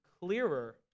clearer